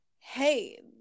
hey